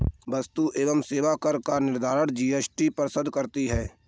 वस्तु एवं सेवा कर का निर्धारण जीएसटी परिषद करती है